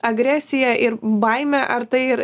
agresija ir baimė ar tai ir